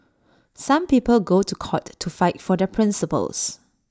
some people go to court to fight for their principles